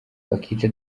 bakica